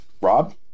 Rob